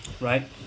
Right